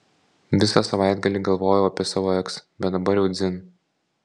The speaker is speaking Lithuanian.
visą savaitgalį galvojau apie savo eks bet dabar jau dzin